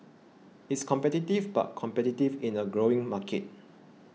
it's competitive but competitive in a growing market